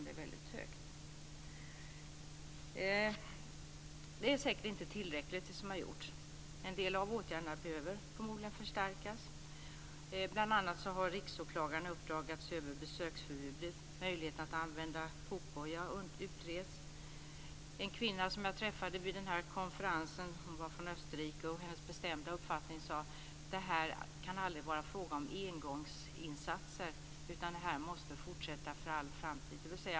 Det som har gjorts är säkert inte tillräckligt. En del av åtgärderna behöver förmodligen förstärkas. Bl.a. har Riksåklagaren i uppdrag att se över besöksförbudet. Möjligheten att använda fotboja utreds. En kvinna som jag träffade vid den här konferensen var från Österrike, och det var hennes bestämda uppfattning att det aldrig kan vara fråga om engångsinsatser.